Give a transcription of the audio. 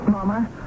Mama